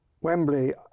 Wembley